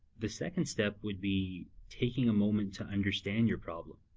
the second step would be taking a moment to understand your problem,